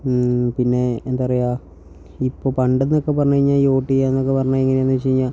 പിന്നെ എന്താ പറയുക ഇപ്പോൾ പണ്ടെന്നൊക്കെ പറഞ്ഞു കഴിഞ്ഞാൽ ഈ വോട്ടുചെയ്യുക എന്നൊക്കെ പറഞ്ഞാൽ എങ്ങനെയാണെന്ന് വച്ചു കഴിഞ്ഞാൽ